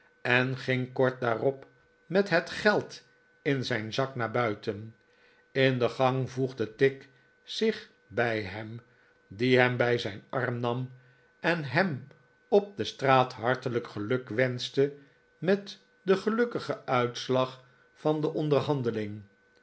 en ging kort daarop met het geld in zijn zak naar buiten in de gang voegde tigg zich bij heni die hem bij zijn arm nam en hem op destraat hartelijk gelukwenschte met den gelukkigen nitslag van de pnderhandeling